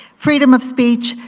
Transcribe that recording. freedom of speech,